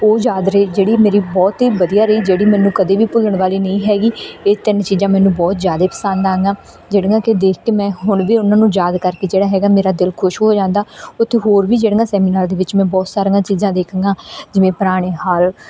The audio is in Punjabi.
ਉਹ ਯਾਦ ਰਹੀ ਜਿਹੜੀ ਮੇਰੀ ਬਹੁਤ ਹੀ ਵਧੀਆ ਰਹੀ ਜਿਹੜੀ ਮੈਨੂੰ ਕਦੇ ਵੀ ਭੁੱਲਣ ਵਾਲੀ ਨਹੀਂ ਹੈਗੀ ਇਹ ਤਿੰਨ ਚੀਜ਼ਾਂ ਮੈਨੂੰ ਬਹੁਤ ਜ਼ਿਆਦੇ ਪਸੰਦ ਆਈਆਂ ਜਿਹੜੀਆਂ ਕਿ ਦੇਖ ਕੇ ਮੈਂ ਹੁਣ ਵੀ ਉਹਨਾਂ ਨੂੰ ਯਾਦ ਕਰਕੇ ਜਿਹੜਾ ਹੈਗਾ ਮੇਰਾ ਦਿਲ ਖੁਸ਼ ਹੋ ਜਾਂਦਾ ਉੱਥੇ ਹੋਰ ਵੀ ਜਿਹੜੀਆਂ ਸੈਮੀਨਾਰ ਦੇ ਵਿੱਚ ਮੈਂ ਬਹੁਤ ਸਾਰੀਆਂ ਚੀਜ਼ਾਂ ਦੇਖੀਆਂ ਜਿਵੇਂ ਪੁਰਾਣੇ ਹਲ